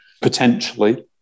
potentially